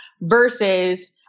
versus